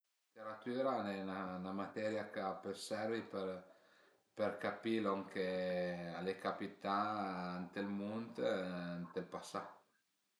La leteratüra al e 'na materia ch'a pöl servi për për capì lon ch'al e capità ënt ël mund, ënt ël pasà